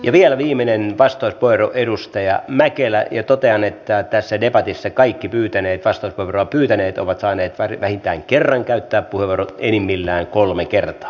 ja vielä viimeinen vastauspuheenvuoro edustaja mäkelä ja totean että tässä debatissa kaikki vastauspuheenvuoroa pyytäneet ovat saaneet vähintään kerran käyttää puheenvuoron enimmillään kolme kertaa